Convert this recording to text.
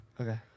Okay